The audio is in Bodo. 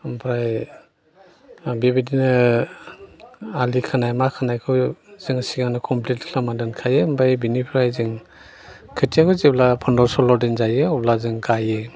ओमफ्राय बेबायदिनो आलि खोनाय मा खोनायखौ जोङो सिगांनो कमफ्लिट खालामनानै दोनखायो ओमफ्राय बेनिफ्राय जों खोथियाखौ जेब्ला फन्द्र' सल्ल' दिन जायो अब्ला जों गायो